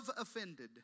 offended